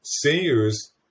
seniors